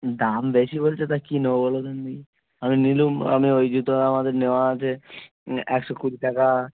দাম বেশি বলছ তা কী নেব বলো দেখিনি আমি নিলাম আমি ওই জুতো আমাদের নেওয়া আছে একশো কুড়ি টাকা